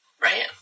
right